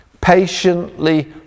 Patiently